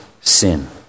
sin